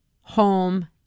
home